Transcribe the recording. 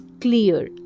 clear